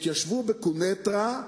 תתיישבו בקוניטרה,